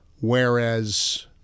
whereas